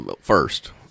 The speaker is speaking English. First